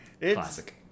Classic